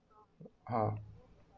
a'ah